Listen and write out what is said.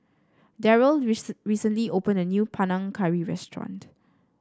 Daryl recently opened a new Panang Curry restaurant